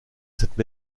cette